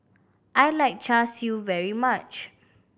I like Char Siu very much